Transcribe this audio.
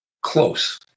close